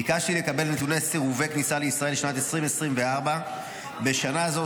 ביקשתי לקבל נתוני סירובי כניסה לישראל לשנת 2024. בשנה זו